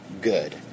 good